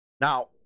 Now